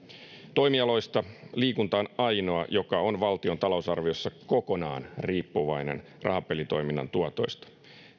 toimialoista liikunta on ainoa joka on valtion talousarviossa kokonaan riippuvainen rahapelitoiminnan tuotoista